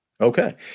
Okay